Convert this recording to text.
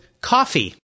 coffee